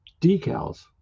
decals